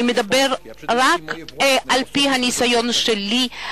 אני מדבר רק על-פי הניסיון הפולני,